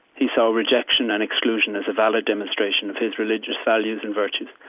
he saw rejection and exclusion as a valid demonstration of his religious values and virtues,